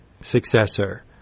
successor